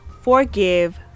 forgive